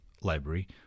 library